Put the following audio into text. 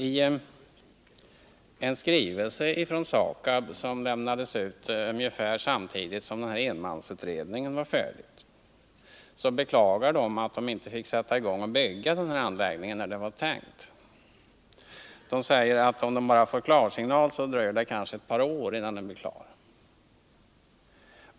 I en skrivelse från SAKAB, som kom ungefär samtidigt som enmansutredningen var färdig, beklagar SAKAB att företaget inte fick sätta i gång och bygga anläggningen när det var tänkt att så skulle ske. SAKAB skriver, att om man bara får klarsignal, dröjer det kanske ett par år innan anläggningen blir färdig.